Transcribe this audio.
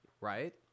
Right